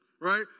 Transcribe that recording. Right